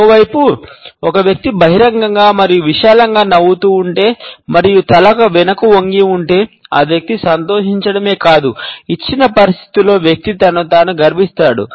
మరోవైపు ఒక వ్యక్తి బహిరంగంగా మరియు విశాలంగా నవ్వుతూ ఉంటే మరియు తల వెనుకకు వంగి ఉంటే ఆ వ్యక్తి సంతోషించడమే కాదు ఇచ్చిన పరిస్థితిలో వ్యక్తి తనను తాను గర్విస్తాడు